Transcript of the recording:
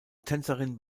tänzerin